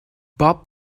bob